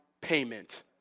payment